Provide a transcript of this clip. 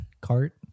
cart